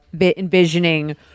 envisioning